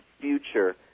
future